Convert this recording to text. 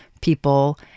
people